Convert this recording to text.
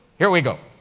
here we go.